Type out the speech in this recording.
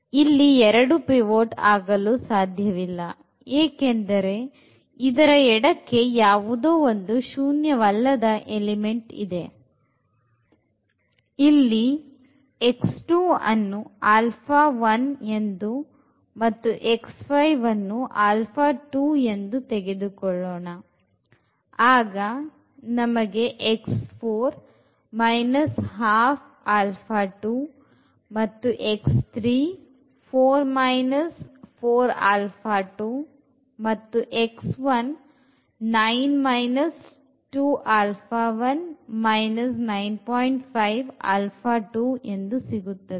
ಇಲ್ಲಿ 2 pivot ಆಗಲು ಸಾಧ್ಯವಿಲ್ಲ ಏಕೆಂದರೆ ಇದರ ಎಡಕ್ಕೆ ಯಾವುದೋ ಒಂದು ಶೂನ್ಯವಲ್ಲದ ಎಲಿಮೆಂಟ್ ಇದೆ